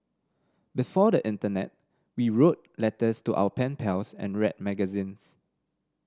before the internet we wrote letters to our pen pals and read magazines